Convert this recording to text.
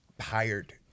hired